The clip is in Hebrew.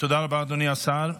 תודה רבה, אדוני השר.